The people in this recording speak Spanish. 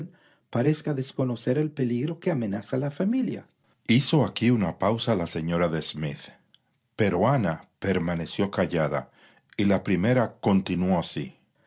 parezca desconocer el peligro que amenaza a la familia hizo aquí una pausa la señora de smith pero ana permaneció callada y la primera continuó así